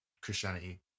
Christianity